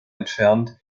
entfernt